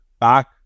back